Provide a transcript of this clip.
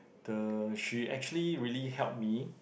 the she actually really helped me